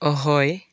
অ হয়